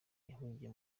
yahungiye